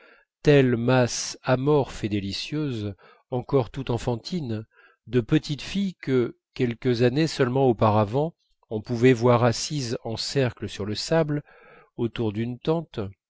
telle masse amorphe et délicieuse encore tout enfantine de petites filles que quelques années seulement auparavant on pouvait voir assises en cercle sur le sable autour d'une tente